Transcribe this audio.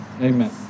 Amen